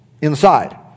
inside